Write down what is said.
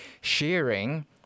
sharing